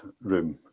room